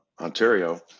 Ontario